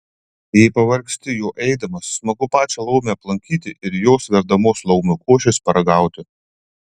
jei pavargsti juo eidamas smagu pačią laumę aplankyti ir jos verdamos laumių košės paragauti